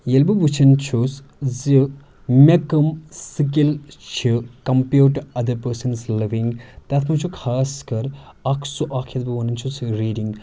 ییٚلہِ بہٕ وٕچھان چھُس زِ مےٚ کٕم سِکِل چھِ compared to other persons living تَتھ منٛز چھُ خاص کر اَکھ سُہ اَکھ یَتھ بہٕ وَنان چھُس ریٖڈِنٛگ